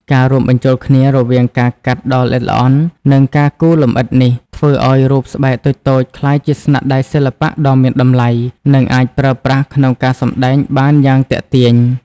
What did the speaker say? ការរួមបញ្ចូលគ្នារវាងការកាត់ដ៏ល្អិតល្អន់ និងការគូរលម្អិតនេះ ធ្វើឱ្យរូបស្បែកតូចៗក្លាយជាស្នាដៃសិល្បៈដ៏មានតម្លៃ និងអាចប្រើប្រាស់ក្នុងការសម្ដែងបានយ៉ាងទាក់ទាញ។